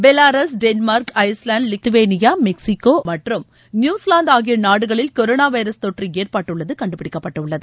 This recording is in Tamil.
பெவாரஸ் டென்மார்க் ஐஸ்லேண்ட் லித்வேனியா மெக்ஸிகோ மற்றும் நியூசிவாந்து ஆகிய நாடுகளில் கொரனோ வைரஸ் தொற்று ஏற்பட்டுள்ளது கண்டுபிடிக்கப்பட்டுள்ளது